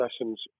lessons